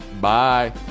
Bye